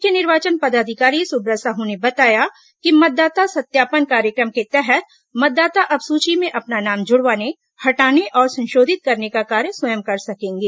मुख्य निर्वाचन पदाधिकारी सुब्रत साहू ने बताया कि मतदाता सत्यापन कार्यक्रम के तहत मतदाता अब सूची में अपना नाम जुड़वाने हटाने और संशोधित करने का कार्य स्वयं कर सकेंगे